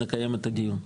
נקיים את הדיון.